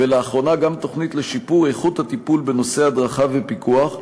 ולאחרונה גם תוכנית לשיפור איכות הטיפול בנושאי הדרכה ופיקוח,